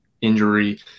injury